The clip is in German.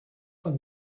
von